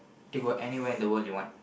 to go anywhere in the world you want